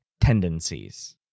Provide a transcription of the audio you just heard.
tendencies